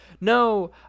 no